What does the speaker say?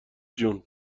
جون